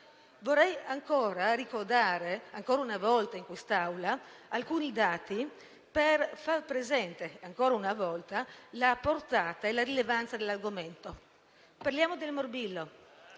Vorrei ricordare ancora una volta in quest'Aula alcuni dati, per far nuovamente presente la portata e la rilevanza dell'argomento. Parliamo del morbillo: